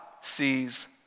sees